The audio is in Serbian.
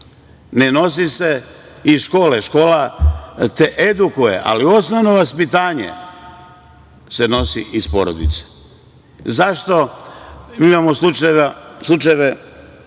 Ne nosi se iz škole, škola te edukuje, ali osnovno vaspitanje se nosi iz porodice.Zašto, mi imamo slučajeve